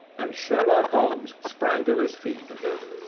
and sherlock holmes sprang to his feet again.